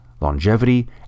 longevity